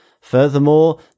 Furthermore